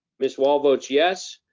miss wall votes yes.